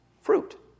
Fruit